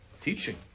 teaching